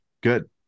Good